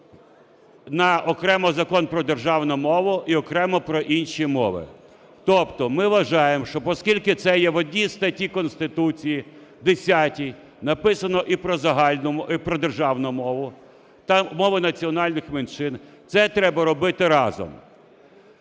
на окремо Закон про державну мову і окремо про інші мови. Тобто, ми вважаємо, що, оскільки це є в одній статті Конституції 10 написано і про загальну… і про державну мову та мови національних меншин це треба робити разом.